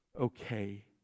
okay